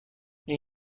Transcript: این